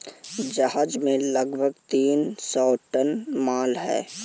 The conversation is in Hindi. जहाज में लगभग तीन सौ टन माल है